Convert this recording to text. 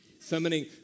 summoning